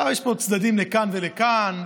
יש צדדים לכאן או לכאן,